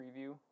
preview